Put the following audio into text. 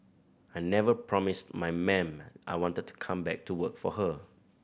I never promised my ma'am I wanted to come back to work for her